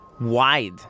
wide